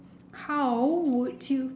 how would you